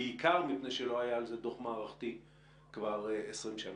בעיקר מפני שלא היה על זה דוח מערכתי כבר 20 שנים.